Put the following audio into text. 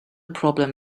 problem